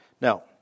Now